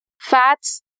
fats